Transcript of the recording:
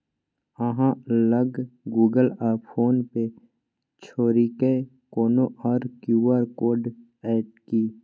अहाँ लग गुगल आ फोन पे छोड़िकए कोनो आर क्यू.आर कोड यै कि?